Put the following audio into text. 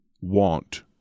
want